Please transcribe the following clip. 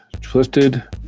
twisted